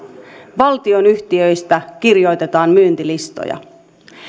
valtionyhtiöistä kirjoitetaan myyntilistoja